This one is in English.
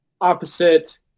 Opposite